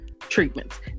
treatments